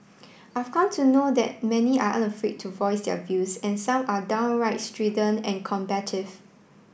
I've come to know that many are unafraid to voice their views and some are downright strident and combative